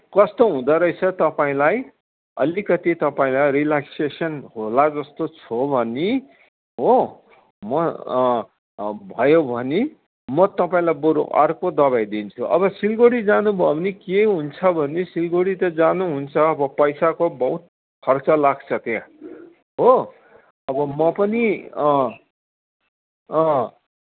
कस्तो हुँदोरहेछ तपाईँलाई अलिकति तपाईँलाई रिल्याक्सेसन होला जस्तो छ भने हो म भयो भने मो तपाईँलाई बरु अर्को दबाई दिन्छु अब सिलगुडी जानुभयो भने के हुन्छ भने सिलगुडी त जानुहुन्छ अब पैसाको बहुत खर्च लाग्छ त्यहाँ हो अब म पनि अँ अँ